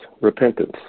repentance